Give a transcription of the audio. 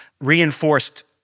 reinforced